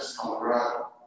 Colorado